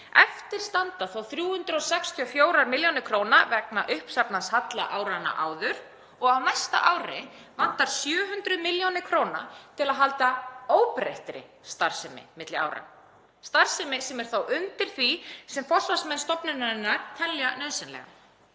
Eftir standa þá 364 millj. kr. vegna uppsafnaðs halla áranna áður og á næsta ári vantar 700 millj. kr. til að halda óbreyttri starfsemi milli ára, starfsemi sem er þá undir því sem forsvarsmenn stofnunarinnar telja nauðsynlega.